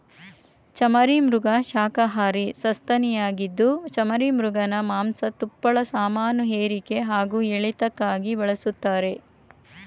ಚಮರೀಮೃಗ ಶಾಖಹಾರಿ ಸಸ್ತನಿಯಾಗಿದ್ದು ಚಮರೀಮೃಗನ ಮಾಂಸ ತುಪ್ಪಳ ಸಾಮಾನುಹೇರಿಕೆ ಹಾಗೂ ಎಳೆತಕ್ಕಾಗಿ ಬಳಸ್ತಾರೆ